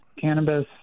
cannabis